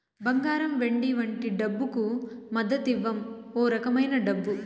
బంగారం వెండి వంటి డబ్బుకు మద్దతివ్వం ఓ రకమైన డబ్బు